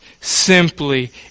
simply